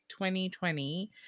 2020